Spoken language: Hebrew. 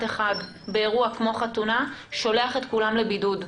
אחד באירוע כמו חתונה שולח את כולם לבידוד.